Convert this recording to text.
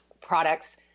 products